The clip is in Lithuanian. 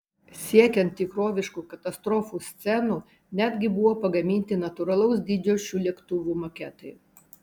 siekiant tikroviškų katastrofų scenų netgi buvo pagaminti natūralaus dydžio šių lėktuvų maketai